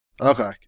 Okay